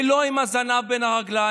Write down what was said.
ולא עם הזנב בין הרגליים.